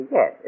Yes